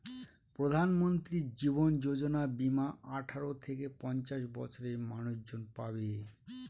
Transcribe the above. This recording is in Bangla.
প্রধানমন্ত্রী জীবন যোজনা বীমা আঠারো থেকে পঞ্চাশ বছরের মানুষজন পাবে